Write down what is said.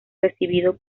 recibido